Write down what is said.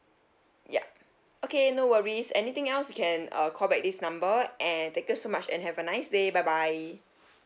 yup okay no worries anything else you can uh call back this number and thank you so much and have a nice day bye bye